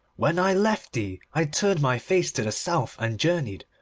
when i left thee, i turned my face to the south and journeyed.